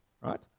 Right